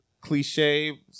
cliche